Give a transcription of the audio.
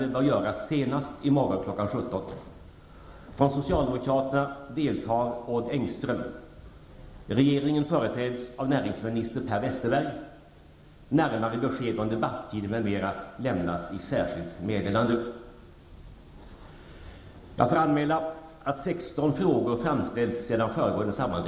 Engström. Regeringen företräds av näringsminister